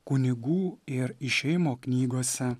kunigų ir išėjimo knygose